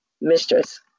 mistress